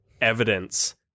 evidence